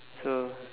so